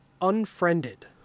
Unfriended